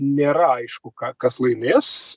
nėra aišku ką kas laimės